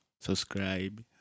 subscribe